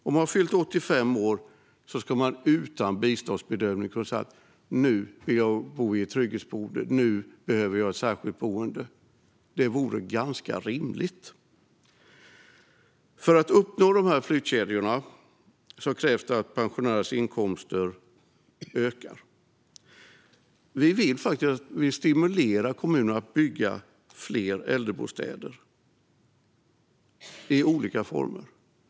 Har man fyllt 85 år ska man utan biståndsbedömning kunna säga: Nu vill jag bo i ett trygghetsboende - nu behöver jag ett särskilt boende. Det vore ganska rimligt. För att åstadkomma dessa flyttkedjor krävs att pensionärernas inkomster ökar. Vi vill stimulera kommunerna att bygga fler äldrebostäder i olika former.